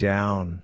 Down